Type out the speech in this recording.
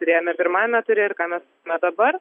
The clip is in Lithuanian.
turėjome pirmajame ture ir ką mes dabar